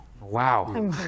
Wow